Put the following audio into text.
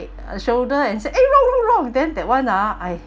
uh shoulder and said eh wrong wrong wrong then that one ah I